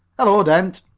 hello, dent,